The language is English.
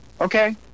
Okay